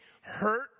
hurt